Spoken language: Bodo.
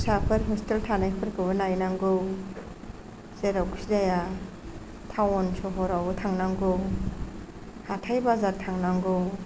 फिसाफोर हस्तेल थानायफोरखौबो नायनांगौ जेरावखि जाया टाउन सहरावबो थांनांगौ हाथाय बाजार थांनांगौ